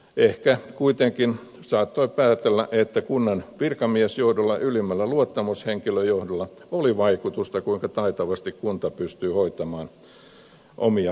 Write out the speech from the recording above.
ehkä kuitenkin saattoi päätellä että kunnan virkamiesjohdolla ylimmällä luottamushenkilöjohdolla oli vaikutusta kuinka taitavasti kunta pystyy hoitamaan omia palvelutehtäviään